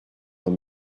dans